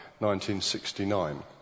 1969